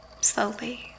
slowly